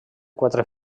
quatre